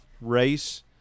race